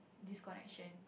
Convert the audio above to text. disconnection